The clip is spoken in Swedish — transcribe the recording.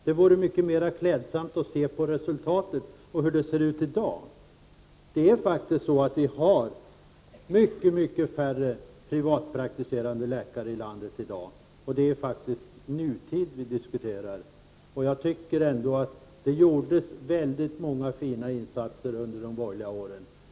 Det vore mycket mer klädsamt att se på resultatet — och hur det ser ut i dag. Det är faktiskt så att vi har mycket färre privatpraktiserande läkare i landet i dag, och det är nutid vi diskuterar. Jag tycker ändå att det gjordes väldigt många fina insatser under de borgerliga åren.